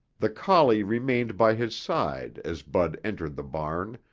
the collie remained by his side as bud entered the barn,